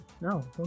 No